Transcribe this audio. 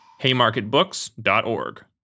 haymarketbooks.org